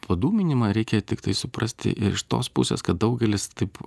padūminimą reikia tiktai suprasti iš tos pusės kad daugelis taip